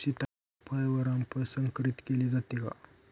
सीताफळ व रामफळ संकरित केले जाते का?